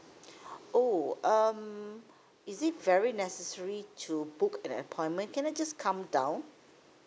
oh um is it very necessary to book an appointment can I just come down